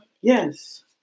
Yes